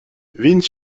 vince